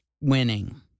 winning